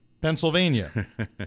Pennsylvania